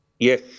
Yes